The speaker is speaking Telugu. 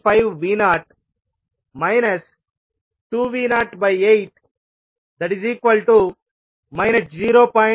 625V0 అందువల్ల y22I2V20